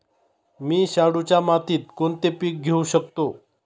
मी शाडूच्या मातीत कोणते पीक घेवू शकतो?